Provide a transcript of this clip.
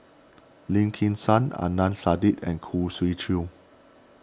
Lim Kim San Adnan Saidi and Khoo Swee Chiow